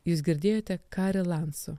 jūs girdėjote kari lanso